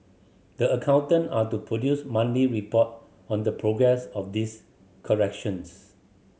the accountant are to produce report on the progress of these corrections